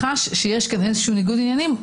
חש שיש כאן איזה ניגוד עניינים,